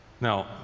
Now